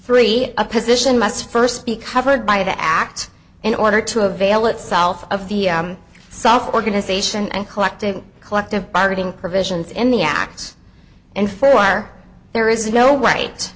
three a position must first be covered by the act in order to avail itself of the self organization and collective collective bargaining provisions in the acts and for there is no